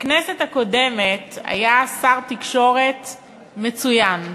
בכנסת הקודמת היה שר תקשורת מצוין,